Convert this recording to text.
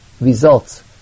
results